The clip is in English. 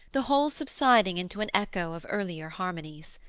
the whole subsiding into an echo of earlier harmonies.